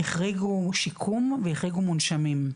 החריגו שיקום והחריגו מונשמים.